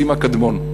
סימה קדמון,